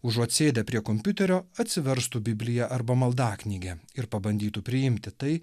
užuot sėdę prie kompiuterio atsiverstų bibliją arba maldaknygę ir pabandytų priimti tai